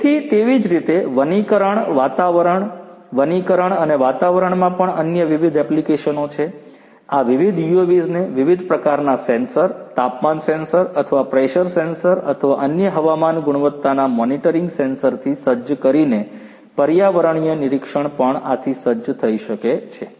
તેથી તેવી જ રીતે વનીકરણ વાતાવરણ વનીકરણ અને વાતાવરણમાં પણ અન્ય વિવિધ એપ્લિકેશનો છે આ વિવિધ UAVs ને વિવિધ પ્રકારના સેન્સર તાપમાન સેન્સર અથવા પ્રેશર સેન્સર અથવા અન્ય હવામાન ગુણવત્તાના મોનિટરિંગ સેન્સરથી સજ્જ કરીને પર્યાવરણીય નિરીક્ષણ પણ આથી સજ્જ થઈ શકે છે